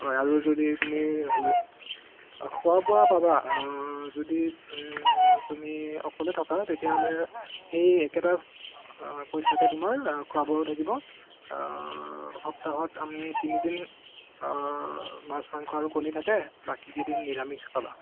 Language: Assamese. আৰু যদি তুমি খোৱা বোৱা পাবা যদি তুমি অকলে থকা তেতিয়া হ'লে সেই একেটা পইচাতে তোমাৰ খোৱা বোৱাও থাকিব সপ্তাহত আমি তিনিদিন মাছ মাংস আৰু কণী থাকে বাকীকেইদিন নিৰামিষ পাবা